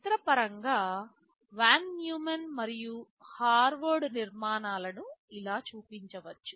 చిత్రపరంగా von Neumann మరియు Harvard నిర్మాణాలను ఇలా చూపించవచ్చు